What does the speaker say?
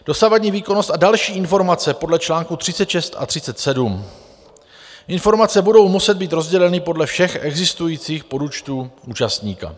Dosavadní výkonnost a další informace podle článku 36 a 37: informace budou muset být rozděleny podle všech existujících podúčtů účastníka.